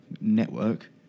network